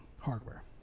hardware